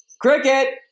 Cricket